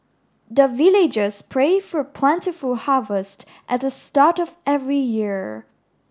the villagers pray for plentiful harvest at the start of every year